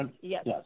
yes